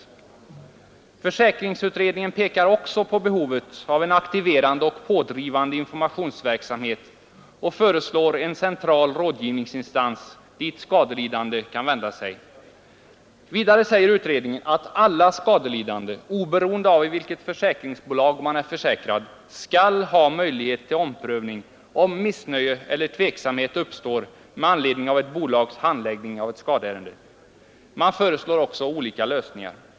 Försäkringsutredningen pekar också på behovet av en aktiverande och pådrivande informationsverksamhet och föreslår en central rådgivningsinstans, dit skadelidande kan vända sig. Vidare säger utredningen att alla skadelidande — oberoende av i vilket försäkringsbolag man är försäkrad skall ha möjlighet till omprövning, om missnöje eller tveksamhet uppstår med anledning av ett bolags handläggning av ett skadeärende. Utredningen föreslår också olika lösningar.